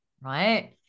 right